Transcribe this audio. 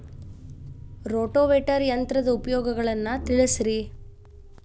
rotavator ಯಂತ್ರದ ಉಪಯೋಗಗಳನ್ನ ತಿಳಿಸಿರಿ